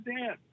Dan